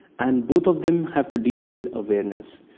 and both of them have to deal with awareness.